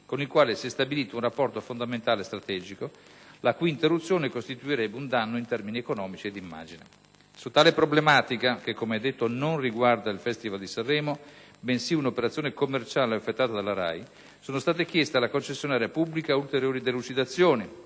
con il quale si è stabilito un rapporto fondamentale e strategico, la cui interruzione costituirebbe un danno in termini economici e di immagine. Su tale problematica, che, come detto, non riguarda il Festival di Sanremo, bensì una operazione commerciale effettuata dalla RAI, sono state chieste alla concessionaria pubblica ulteriori delucidazioni,